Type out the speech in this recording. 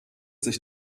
sich